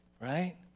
right